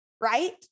right